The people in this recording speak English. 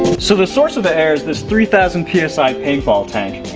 so the source of the air is this three thousand psi paintball tank.